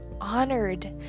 honored